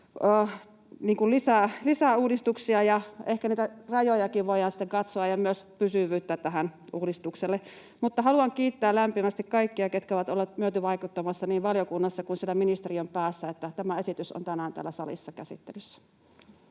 lisää uudistuksia ja ehkä niitä rajojakin voidaan sitten katsoa ja myös pysyvyyttä tälle uudistukselle. Haluan kiittää lämpimästi kaikkia, ketkä ovat olleet myötävaikuttamassa niin valiokunnassa kuin siellä ministeriön päässä, että tämä esitys on tänään täällä salissa käsittelyssä.